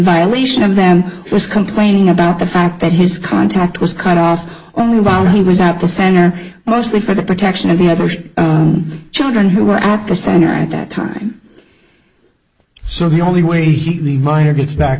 violation of them was complaining about the fact that his contact was cut off only while he was at the center mostly for the protection of the other children who were at the center at that time so the only way